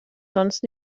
sonst